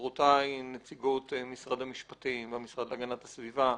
חברותיי נציגות משרד המשפטים והמשרד להגנת הסביבה,